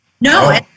no